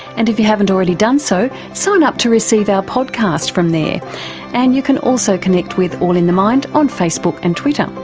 and if you haven't already done so sign up to receive our podcast from there and you can also connect with all in the mind on facebook and twitter.